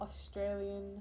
Australian